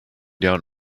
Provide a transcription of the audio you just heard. down